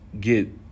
get